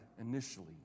initially